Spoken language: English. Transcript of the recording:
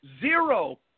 zero